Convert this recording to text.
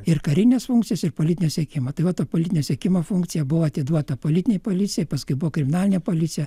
ir karines funkcijas ir politinio siekimo tai vat ta politinio siekimo funkcija buvo atiduota politinei policijai paskui buvo kriminalinė policija